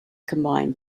combine